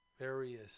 various